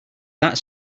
that